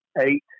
eight